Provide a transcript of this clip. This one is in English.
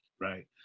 right